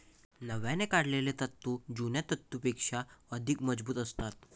नव्याने काढलेले तंतू जुन्या तंतूंपेक्षा अधिक मजबूत असतात